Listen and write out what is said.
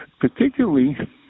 particularly